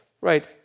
right